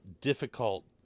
difficult